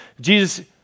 Jesus